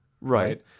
Right